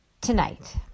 Tonight